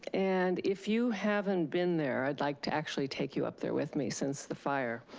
and if you haven't been there, i'd like to actually take you up there with me since the fire.